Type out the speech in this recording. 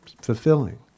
fulfilling